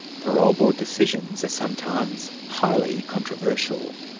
parole board decisions are sometimes highly controversial.